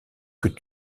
que